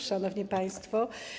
Szanowni Państwo!